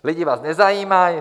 Lidi vás nezajímají.